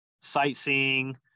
sightseeing